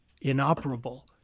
inoperable